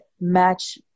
match